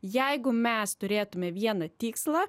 jeigu mes turėtume vieną tikslą